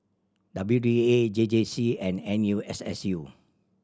W D A A J J C and N U S S U